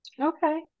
Okay